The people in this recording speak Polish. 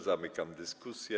Zamykam dyskusję.